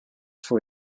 for